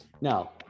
Now